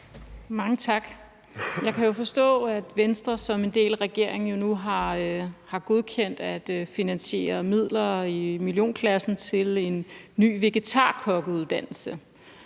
Mange tak. Jeg kan jo forstå, at Venstre som en del af regeringen nu har godkendt at finansiere midler i millionklassen til en ny vegetarkokkeuddannelse.